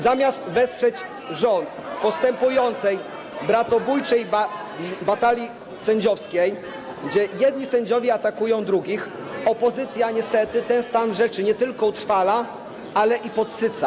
Zamiast wesprzeć rząd w postępującej bratobójczej batalii sędziowskiej, gdzie jedni sędziowie atakują drugich, opozycja niestety ten stan rzeczy nie tylko utrwala, ale i podsyca.